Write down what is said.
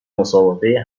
مسابقه